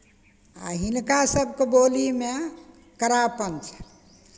आ हिनका सभके बोलीमे कड़ापन छनि